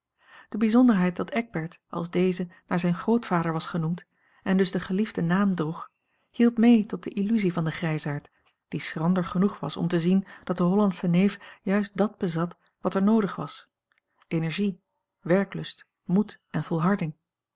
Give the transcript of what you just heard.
de bijzonderheid dat eckbert als deze naar zijn grootvader was genoemd en dus den geliefden naam droeg hielp mee tot de illusie van den grijsaard die schrander genoeg was om te zien dat de hollandsche neef juist dàt bezat wat er noodig was energie werklust moed en volharding